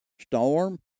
storm